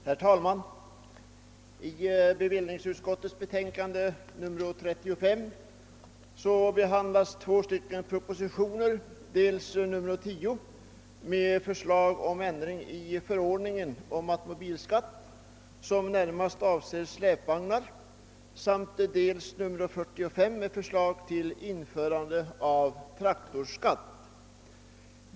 Herr talman! I bevillningsutskottets betänkande nr 35 behandlas två propositioner, dels nr 10 med förslag om ändring i förordningen om automobilskatt, närmast avseende släpvagnar, dels nr 45 med förslag om införande av traktorskatt.